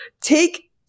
take